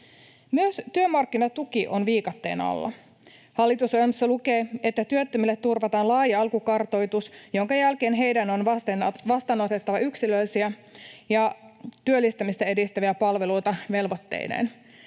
Myös työmarkkinatuki on viikatteen alla. Hallitusohjelmassa lukee, että työttömille turvataan laaja alkukartoitus, jonka jälkeen heidän on vastaanotettava yksilöllisiä ja työllistymistä edistäviä palveluita velvoitteineen.